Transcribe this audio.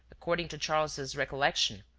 according to charles's recollection,